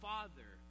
Father